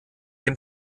dem